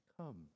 come